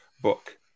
book